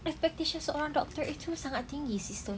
expectations all doctor itu sangat tinggi sister